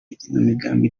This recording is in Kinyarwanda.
igenamigambi